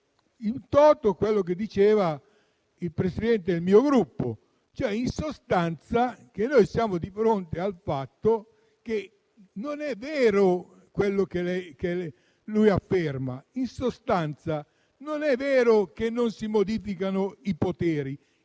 *in toto* quello che diceva il presidente del mio Gruppo, cioè, in sostanza, che siamo di fronte al fatto che non è vero quello che lui afferma; in sostanza, non è vero che non si modificano i poteri.